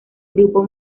grupo